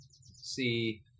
see